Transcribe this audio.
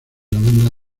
banda